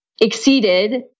Exceeded